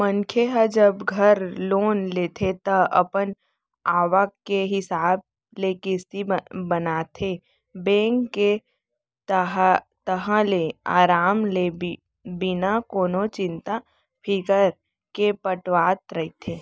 मनखे ह जब घर लोन लेथे ता अपन आवक के हिसाब ले किस्ती बनाथे बेंक के ताहले अराम ले बिना कोनो चिंता फिकर के पटावत रहिथे